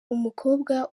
umukobwa